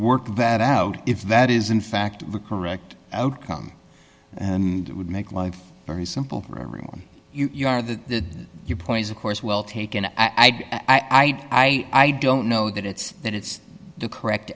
work that out if that is in fact the correct outcome and it would make life very simple for everyone you are that your points of course well taken i don't know that it's that it's the correct